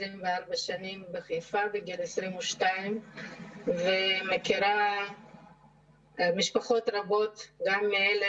24 שנים בחיפה עת הייתה בת 22. אני מכירה משפחות רבות גם מאלה